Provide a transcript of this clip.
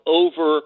over